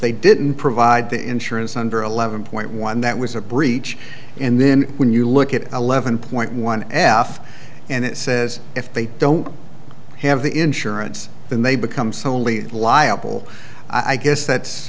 they didn't provide the insurance number eleven point one that was a breach and then when you look at eleven point one f and it says if they don't have the insurance then they become solely liable i guess